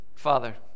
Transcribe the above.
Father